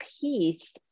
peace